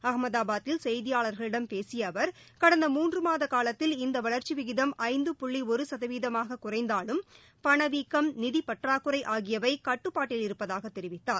அகமதாபாதில் செய்தியாளர்களிடம் பேசிய அவர் கடந்த மூன்று மாத காலத்தில் இந்த வளர்ச்சி விகிதம் ஐந்து புள்ளி ஒரு சதவீதமாக குறைந்தாலும் பணவீக்கம் நிதிப்பற்றாக்குறை ஆகியவை கட்டுப்பாட்டில் இருப்பதாகத் தெரிவித்தார்